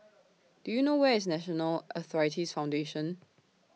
Do YOU know Where IS National Arthritis Foundation